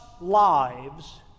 lives